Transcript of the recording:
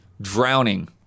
Drowning